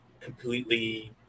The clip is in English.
completely